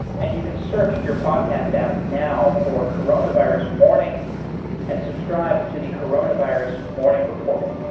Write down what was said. and you can search your podcast app now for coronavirus morning and subscribe to the coronavirus morning report